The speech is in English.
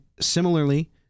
similarly